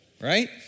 Right